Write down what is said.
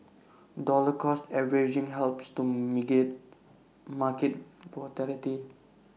dollar cost averaging helps to mitigate market